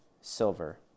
silver